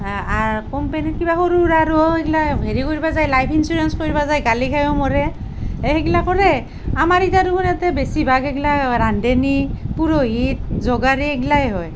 কোম্পেনীত কিবা সৰু সুৰা আৰু এইবিলাক হেৰি কৰিব যায় লাইফ ইঞ্চুৰেনছ কৰিব যায় গালি খাইও মৰে এই সেইবিলাক কৰে আমাৰ এতিয়া দেখোন ইয়াতে বেছিভাগেই এইবিলাক ৰান্ধনী পুৰোহিত যোগালী এইবিলাকেই হয়